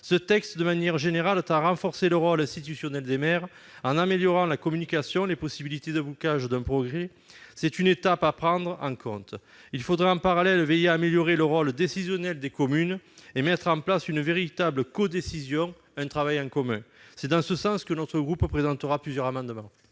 Ce texte, de manière générale, tend à renforcer le rôle institutionnel des maires, en améliorant la communication et en renforçant les possibilités de blocage d'un projet. C'est une étape à prendre en compte. Il faudrait, en parallèle, veiller à améliorer le rôle décisionnel des communes et mettre en place une véritable codécision, un travail en commun. Notre groupe présentera plusieurs amendements